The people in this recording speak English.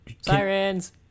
sirens